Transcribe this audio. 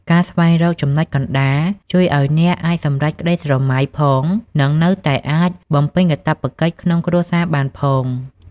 ការស្វែងរក "ចំណុចកណ្តាល" ជួយឱ្យអ្នកអាចសម្រេចក្តីស្រមៃផង និងនៅតែអាចបំពេញកាតព្វកិច្ចក្នុងគ្រួសារបានផង។